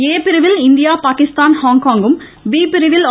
ஏ பிரிவில் இந்தியா பாகிஸ்தான் ஹாங்காங்கும் பி பிரிவில் ஆ